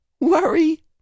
worry